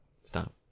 Stop